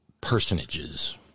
personages